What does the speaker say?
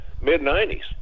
mid-90s